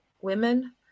women